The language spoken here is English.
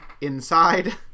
inside